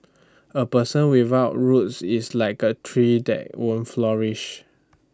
A person without roots is like A tree that won't flourish